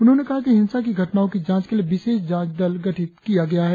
उन्होंने कहा कि हिंसा की घटनाओं की जांच के लिए विशेष जांच दल गठित किया गया है